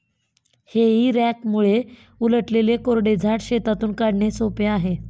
हेई रॅकमुळे उलटलेले कोरडे झाड शेतातून काढणे सोपे आहे